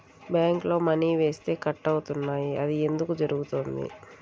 బ్యాంక్లో మని వేస్తే కట్ అవుతున్నాయి అది ఎందుకు జరుగుతోంది?